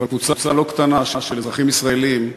אבל קבוצה לא קטנה של אזרחים ישראלים.